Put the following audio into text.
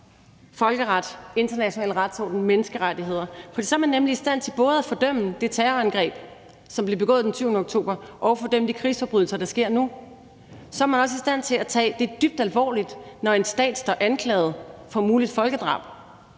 folkeret, international retsorden, menneskerettigheder, for så er man nemlig i stand til både at fordømme det terrorangreb, som blev begået den 7. oktober, og fordømme de krigsforbrydelser, der sker nu. Så man også i stand til at tage det dybt alvorligt, når en stat står anklaget for muligt folkedrab.